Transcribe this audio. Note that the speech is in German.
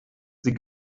sie